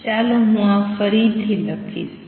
ચાલો હું આ ફરીથી લખીશ